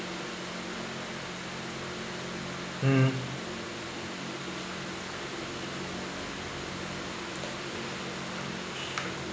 mm